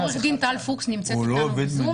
עוה"ד טל פוקס נמצאת אתנו בזום,